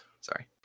Sorry